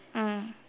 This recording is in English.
mm